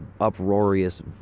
uproarious